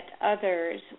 others